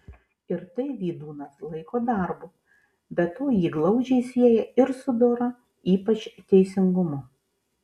ir tai vydūnas laiko darbu be to jį glaudžiai sieja ir su dora ypač teisingumu